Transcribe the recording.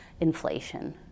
inflation